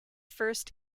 first